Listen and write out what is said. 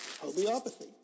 homeopathy